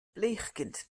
pleegkind